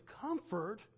comfort